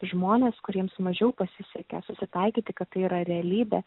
žmonės kuriems mažiau pasisekė susitaikyti kad tai yra realybė